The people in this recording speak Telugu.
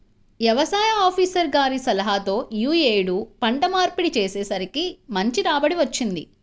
యవసాయ ఆపీసర్ గారి సలహాతో యీ యేడు పంట మార్పిడి చేసేసరికి మంచి రాబడి వచ్చింది